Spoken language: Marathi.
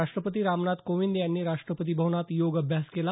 राष्ट्रपती रामनाथ कोविंद यांनी राष्ट्रपतीभवनात योग अभ्यास केला